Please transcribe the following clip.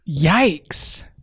Yikes